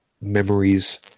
memories